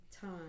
time